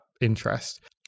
interest